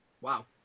Wow